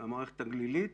המערכת הגלילית.